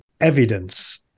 evidence